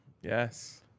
Yes